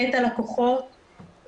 מאת הלקוחות,